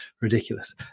ridiculous